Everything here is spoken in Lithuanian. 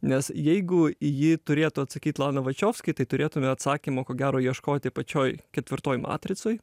nes jeigu į jį turėtų atsakyt lana wachowski tai turėtume atsakymo ko gero ieškoti pačioj ketvirtoj matricoj